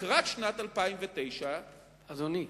לקראת שנת 2009. אדוני,